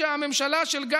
שאמר שהחוק הזה לא ראוי,